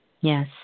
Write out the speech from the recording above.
Yes